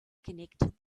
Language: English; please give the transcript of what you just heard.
connected